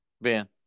Ben